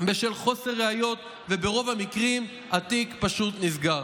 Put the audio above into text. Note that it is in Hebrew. בשל חוסר ראיות, וברוב המקרים התיק פשוט נסגר.